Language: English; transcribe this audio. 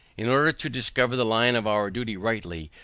in order to discover the line of our duty rightly,